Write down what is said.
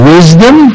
Wisdom